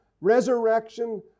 resurrection